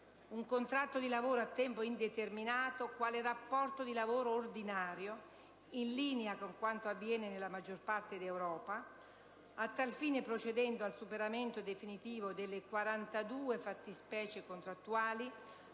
il contratto di lavoro a tempo indeterminato il rapporto di lavoro ordinario, in linea con quanto avviene nella maggior parte d'Europa, a tal fine procedendo al superamento definitivo delle 42 fattispecie contrattuali